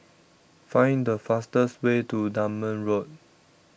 find the fastest way to Dunman Road